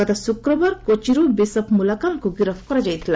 ଗତ ଶୁକ୍ରବାର କୋଚିରୁ ବିଶପ୍ ମୁଲାକାଲଙ୍କୁ ଗିରଫ କରାଯାଇଥିଲା